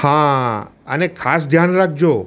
હા અને ખાસ ધ્યાન રાખજો